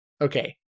Okay